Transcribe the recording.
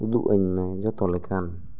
ᱩᱫᱩᱜ ᱟᱹᱧ ᱢᱮ ᱡᱚᱛᱚ ᱞᱮᱠᱟᱱ